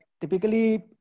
typically